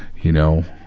you know,